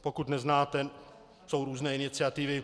Pokud neznáte, jsou různé iniciativy.